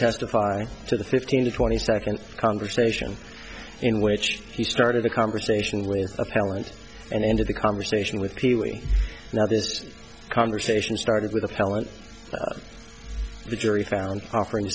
testifying to the fifteen to twenty second conversation in which he started a conversation with appellant and ended the conversation with peewee now this conversation started with appellant the jury found offering